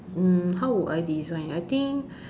mm how would I design I think